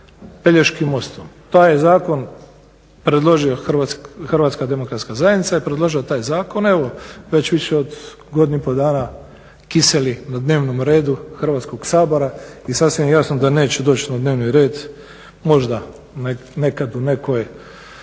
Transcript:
Pelješkim mostom. Taj je zakon predložila Hrvatska demokratska zajednice je predložila taj zakon, evo već više od godinu i pol dana se kiseli na dnevnom redu Hrvatskoga sabor i sasvim je jasno da neće doći na dnevni red možda nekad u nekim